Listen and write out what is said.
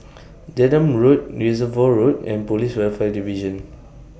Denham Road Reservoir Road and Police Welfare Division